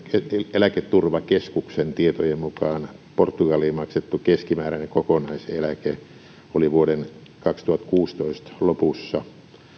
eläketurvakeskuksen tietojen mukaan portugaliin maksettu keskimääräinen kokonaiseläke oli vuoden kaksituhattakuusitoista lopussa